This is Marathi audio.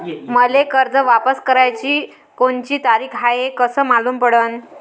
मले कर्ज वापस कराची कोनची तारीख हाय हे कस मालूम पडनं?